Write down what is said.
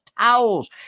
towels